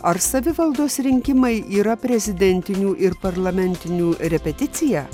ar savivaldos rinkimai yra prezidentinių ir parlamentinių repeticija